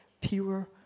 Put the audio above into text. pure